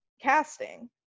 casting